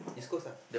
East-Coast ah